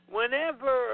Whenever